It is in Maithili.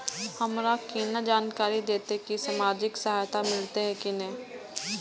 हमरा केना जानकारी देते की सामाजिक सहायता मिलते की ने?